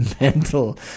Mental